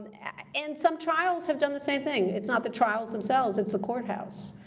and some trials have done the same thing. it's not the trials themselves, it's the courthouse,